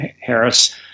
Harris